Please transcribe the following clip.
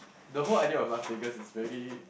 the whole idea of Las Vegas is very